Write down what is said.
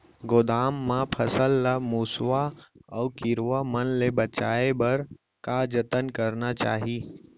गोदाम मा फसल ला मुसवा अऊ कीरवा मन ले बचाये बर का जतन करना चाही?